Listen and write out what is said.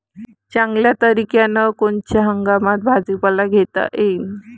चांगल्या तरीक्यानं कोनच्या हंगामात भाजीपाला घेता येईन?